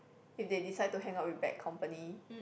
if they decide to hang out with bad company